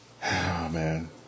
man